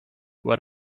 what